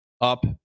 up